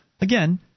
Again